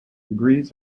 degrees